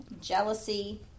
jealousy